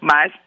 Mas